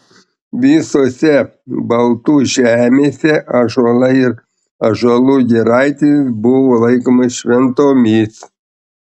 visose baltų žemėse ąžuolai ir ąžuolų giraitės buvo laikomos šventomis